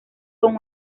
con